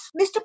Mr